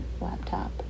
laptop